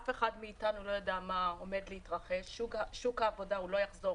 אף אחד מאתנו לא ידע מה עומד להתרחש ושוק העבודה לא יחזור